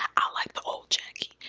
i like the old jackie.